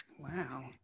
Wow